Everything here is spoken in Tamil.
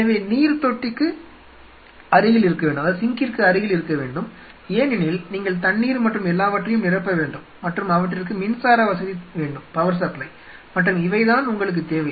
எனவே நீர்த்தொட்டிக்கு அருகில் இருக்க வேண்டும் ஏனெனில் நீங்கள் தண்ணீர் மற்றும் எல்லாவற்றையும் நிரப்ப வேண்டும் மற்றும் அவற்றிற்கு மின்சார வசதி வேண்டும் மற்றும் இவைதான் உங்களுக்கு தேவை